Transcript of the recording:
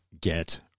get